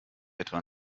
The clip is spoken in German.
etwa